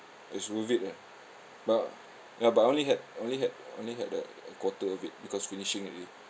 it's worth it lah but ya but I only had only had only had a quarter of it because finishing already